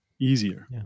easier